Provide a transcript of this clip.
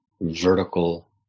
vertical